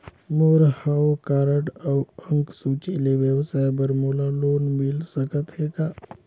मोर हव कारड अउ अंक सूची ले व्यवसाय बर मोला लोन मिल सकत हे का?